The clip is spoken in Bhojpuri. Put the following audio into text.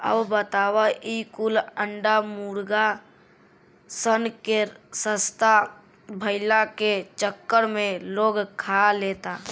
अब बताव ई कुल अंडा मुर्गा सन के सस्ता भईला के चक्कर में लोग खा लेता